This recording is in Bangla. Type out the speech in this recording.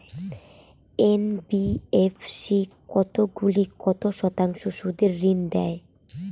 এন.বি.এফ.সি কতগুলি কত শতাংশ সুদে ঋন দেয়?